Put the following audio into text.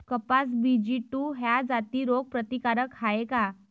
कपास BG two ह्या जाती रोग प्रतिकारक हाये का?